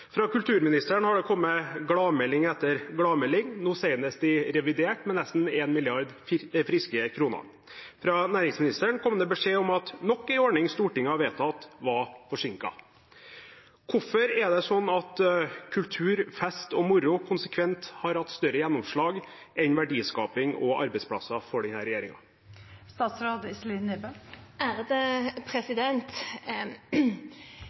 Fra kulturministeren har det kommet gladmelding etter gladmelding, nå senest i revidert nasjonalbudsjett med nesten 1 mrd. friske kroner. Fra næringsministeren kom det beskjed om at nok en ordning Stortinget har vedtatt, var forsinket. Hvorfor er det sånn at kultur, fest og moro konsekvent har hatt større gjennomslag enn verdiskaping og arbeidsplasser for denne regjeringen? Jeg er glad for at representanten Bjørnstad peker på det faktum at dette er en